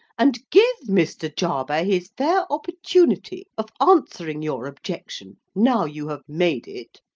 and give mr. jarber his fair opportunity of answering your objection now you have made it.